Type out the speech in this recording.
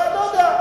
אני לא יודע.